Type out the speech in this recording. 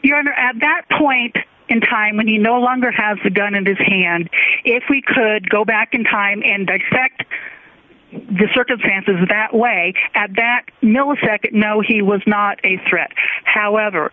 are at that point in time when he no longer has the gun in his hand if we could go back in time and back the circumstances that way at that millisecond no he was not a threat however